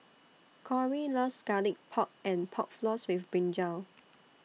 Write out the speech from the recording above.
Kori loves Garlic Pork and Pork Floss with Brinjal